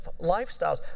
lifestyles